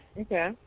Okay